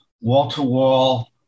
wall-to-wall